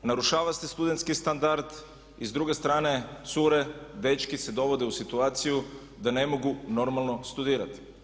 Narušava se studenski standard i s druge strane cure, dečki se dovode u situaciju da ne mogu normalno studirati.